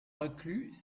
reclus